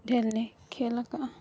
ᱰᱷᱮᱨᱞᱮ ᱠᱷᱮᱞᱟᱠᱟᱫᱼᱟ